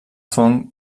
fong